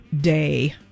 Day